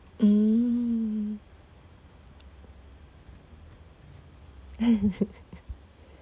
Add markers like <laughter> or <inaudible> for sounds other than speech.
mm <laughs>